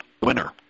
winner